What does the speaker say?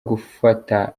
gufata